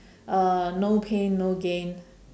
uh no pain no gain